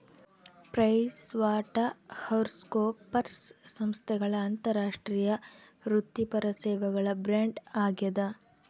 PricewaterhouseCoopers ಸಂಸ್ಥೆಗಳ ಅಂತಾರಾಷ್ಟ್ರೀಯ ವೃತ್ತಿಪರ ಸೇವೆಗಳ ಬ್ರ್ಯಾಂಡ್ ಆಗ್ಯಾದ